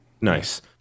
nice